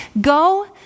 Go